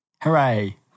Hooray